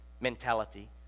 mentality